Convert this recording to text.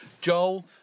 Joel